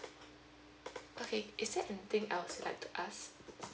okay is there anything else you would like to ask